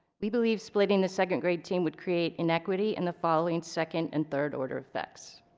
we believe splitting the second grade team would create inequity in the following second and third order effects.